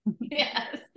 Yes